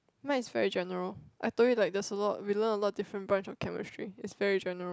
mine is very general I told you like there's a lot we learn a lot of different branch of chemistry is very general